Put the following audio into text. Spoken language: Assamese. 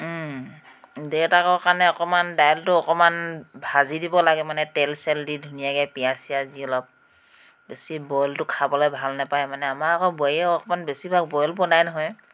দেউতাকৰ কাৰণে অকণমান দাইলটো অকণমান ভাজি দিব লাগে মানে তেল চেল দি ধুনীয়াকৈ পিঁয়াজ চিঁয়াজ দি অলপ বেছি বইলটো খাবলৈ ভাল নাপায় মানে আমাৰ আকৌ বোৱাৰীয়ে আকৌ অকণমান বেছিভাগ বইল বনায় নহয়